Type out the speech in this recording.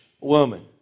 woman